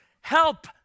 help